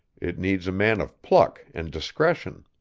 it needs a man of pluck and discretion.